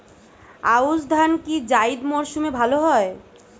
আউশ ধান কি জায়িদ মরসুমে ভালো হয়?